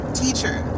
teacher